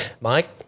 Mike